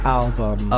album